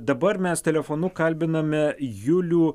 dabar mes telefonu kalbiname julių